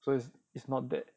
so it's it's not that